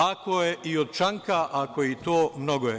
Ako je i od Čanka, ako je i to, mnogo je.